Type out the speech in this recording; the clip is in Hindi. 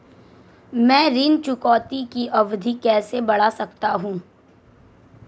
मैं ऋण चुकौती की अवधि कैसे बढ़ा सकता हूं?